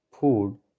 food